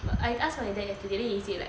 but I ask my dad yesterday then he said like